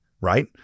right